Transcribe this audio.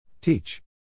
Teach